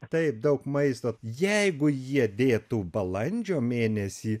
taip daug maisto jeigu jie dėtų balandžio mėnesį